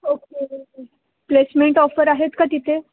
okay placement offer आहेत का तिथे